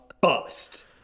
bust